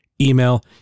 Email